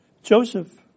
Joseph